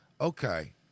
Okay